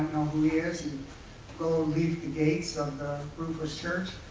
who he is and go leave the gates of the roofless church.